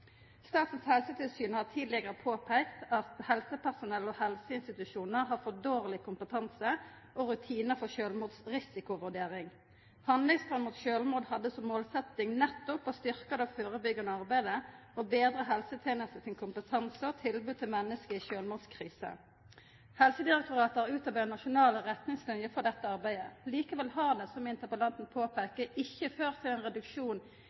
Statens helsetilsyn har tidlegare påpeikt at helsepersonell og helseinstitusjonar har for dårleg kompetanse og rutinar for sjølvmordsrisikovurdering. Handlingsplan mot sjølvmord hadde som målsetjing nettopp å styrkja det førebyggjande arbeidet og betra helsetenesta sin kompetanse og tilbodet til menneske i sjølvmordskrise. Helsedirektoratet har utarbeidd nasjonale retningslinjer for dette arbeidet. Likevel har det, som interpellanten påpeiker, ikkje ført til ein reduksjon